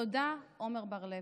תודה, עמר בר לב.